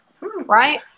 right